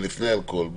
לפני האלכוהול,